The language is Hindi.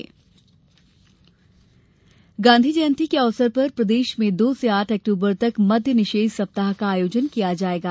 मद्य निषेध गांधी जयंती के अवसर पर प्रदेश में दो से आठ अक्टूबर तक मद्य निषेध सप्ताह का आयोजन किया जाएगा